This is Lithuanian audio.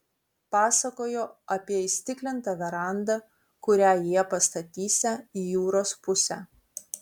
pasakojo apie įstiklintą verandą kurią jie pastatysią į jūros pusę